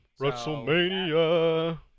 WrestleMania